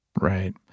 Right